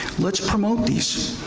let's promote these,